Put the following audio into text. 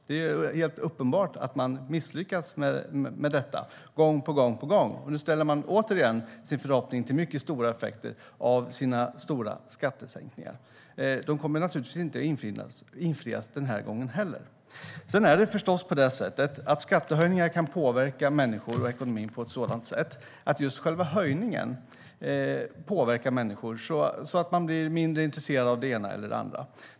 Det är helt uppenbart att man misslyckats med detta gång på gång. Nu ställer man återigen sin förhoppning till mycket stora effekter av sina stora skattesänkningar. Den kommer inte att infrias den här gången heller. Det är förstås på det sättet att skattehöjningar kan påverka människor och ekonomin på ett sådant sätt att just själva höjningen påverkar människor så att de blir mindre intresserade av det ena eller det andra.